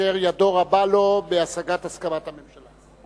ידיו רב לו בהשגת הסכמת הממשלה.